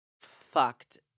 fucked